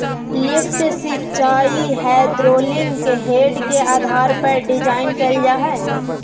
lift सिंचाई hydraulic head के आधार पर डिजाइन कइल हइ